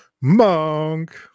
Monk